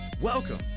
Welcome